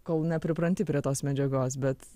kol nepripranti prie tos medžiagos bet